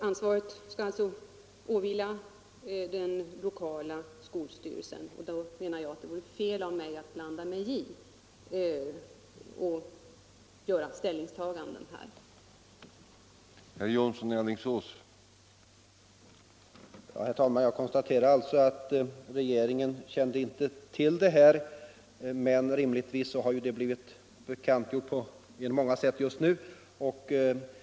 Ansvaret åvilar alltså den lokala skolstyrelsen, och därför menar jag att det vore fel av mig att blanda mig i och göra ställningstaganden på detta området.